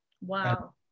Wow